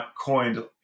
coined